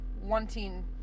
wanting